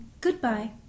Goodbye